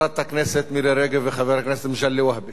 חברת הכנסת מירי רגב וחבר הכנסת מגלי והבה,